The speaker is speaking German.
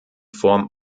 form